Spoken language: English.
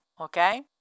okay